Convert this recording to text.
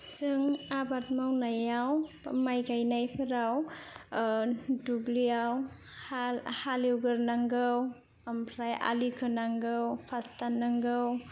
जों आबाद मावनायाव बा माइ गायनायफोराव दुब्लियाव हाल हालेवग्रोनांगौ ओमफ्राय आलि खोनांगौ फास्थ दाननांगौ